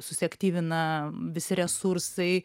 susiaktyvina visi resursai